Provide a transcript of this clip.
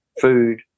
food